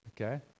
Okay